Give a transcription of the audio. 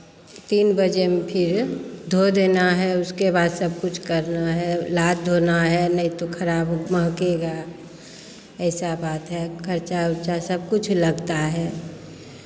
तीन बजे में फिर धो देना है उसके बाद सब कुछ करना है नाद धोना है नहीं तो खराब हो महकेगा ऐसा बात है खर्चा उर्चा सबकुछ लगता है